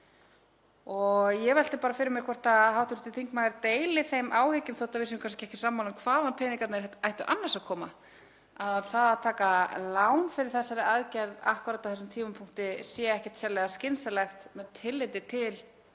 Ég velti fyrir mér hvort hv. þingmaður deili þeim áhyggjum, þótt við séum kannski ekki sammála um hvaðan peningarnir ættu annars að koma, að það að taka lán fyrir þessari aðgerð akkúrat á þessum tímapunkti sé ekkert sérlega skynsamlegt með tilliti til